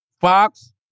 Fox